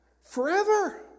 Forever